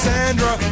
Sandra